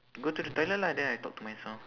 go to the toilet lah then I talk to myself